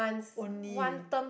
only